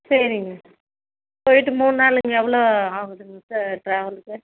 சரிங்க போயிட்டு மூணு நாளுங்க எவ்வளோ ஆகுதுங் சார் ட்ராவல்ஸு